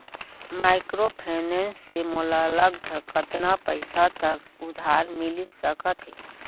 Microfinance से मोला लगभग कतना पइसा तक उधार मिलिस सकत हे?